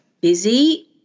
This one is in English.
busy